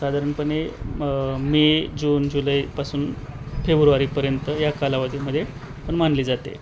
साधारणपणे म मे जून जुलैपासून फेब्रुवारीपर्यंत या कालावधीमध्ये पण मानली जाते